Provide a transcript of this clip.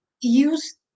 use